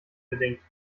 bedingt